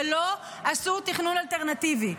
ולא עשו תכנון אלטרנטיבי.